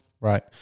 right